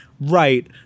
right